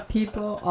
People